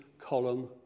column